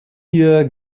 hier